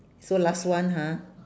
so last one ha